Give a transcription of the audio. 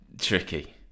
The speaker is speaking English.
tricky